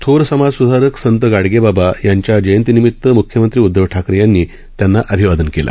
थोर समाज सुधारक संत गाडगेबाबा महाराज यांना जंयती निमित मुख्यमंत्री उदधव ठाकरे यांनी त्यांना अभिवादन केले